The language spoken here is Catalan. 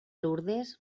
lourdes